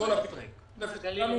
התושבים הם